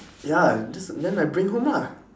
ya just then I bring home lah